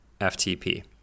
ftp